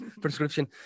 prescription